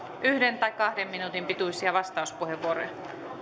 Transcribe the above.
yksi tai kahden minuutin pituisia vastauspuheenvuoroja